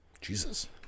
Jesus